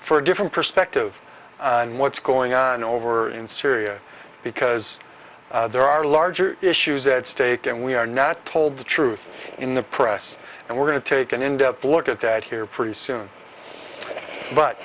for a different perspective on what's going on over in syria because there are larger issues at stake and we are not told the truth in the press and we're going to take an in depth look at that here pretty soon but